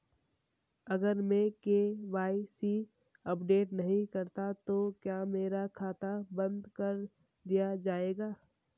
अगर मैं KYC update नहीं करता तो क्या मेरा खाता बंद कर दिया जाएगा?